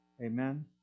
Amen